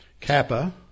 kappa